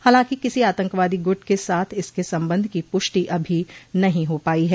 हालांकि किसी आतंकवादी गुट के साथ इसके संबंध की पुष्टि अभी नहीं हो पाई है